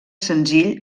senzill